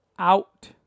Out